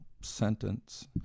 sentence